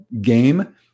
game